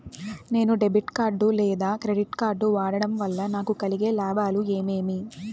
నేను debit card లేదా credit card వాడడం వల్ల నాకు కలిగే లాభాలు ఏమేమీ?